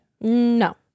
No